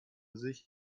sich